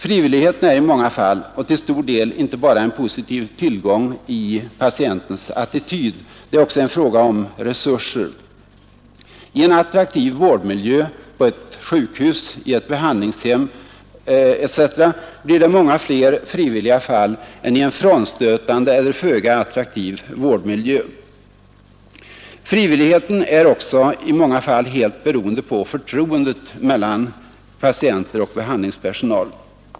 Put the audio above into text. Frivilligheten är i många fall och till stor del inte bara en positiv tillgång i patientens attityd. Det är också en fråga om resurser. I en attraktiv vårdmiljö på ett sjukhus, i ett behandlingshem etc. blir det många fler frivilliga fall än i en frånstötande eller föga attraktiv vårdmiljö. Frivilligheten är också i många fall helt beroende på förtroendet mellan patienter och behandlingspersonal.